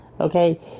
Okay